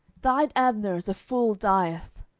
died abner as a fool dieth?